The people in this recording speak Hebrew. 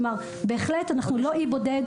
כלומר בהחלט אנחנו לא אי בודד.